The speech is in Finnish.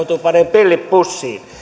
pillit pussiin